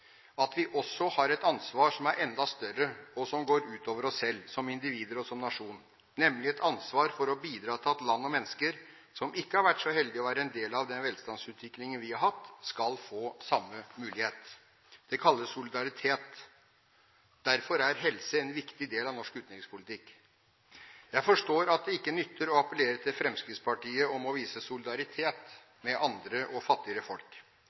at vi også har et ansvar som er enda større, og som går utover oss selv som individer og som nasjon, nemlig et ansvar for å bidra til at land og mennesker som ikke har vært så heldig å være en del av den velstandutviklingen vi har hatt, skal få samme mulighet. Det kalles solidaritet. Derfor er helse en viktig del av norsk utenrikspolitikk. Jeg forstår at det ikke nytter å appellere til Fremskrittspartiet om å vise solidaritet med andre og fattigere folk.